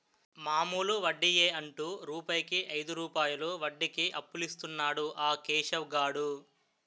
మామూలు వడ్డియే అంటు రూపాయికు ఐదు రూపాయలు వడ్డీకి అప్పులిస్తన్నాడు ఆ కేశవ్ గాడు